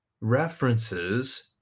references